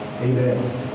Amen